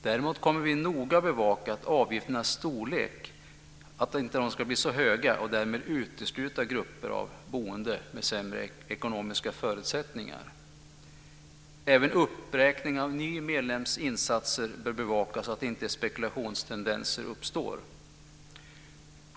Däremot kommer vi att noga bevaka att avgifternas storlek inte blir så höga att de därmed kan utesluta grupper av boende med sämre ekonomiska förutsättningar. Även uppräkning av insatser för nya medlemmar bör bevakas så att inte spekulationstendenser uppstår.